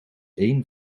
één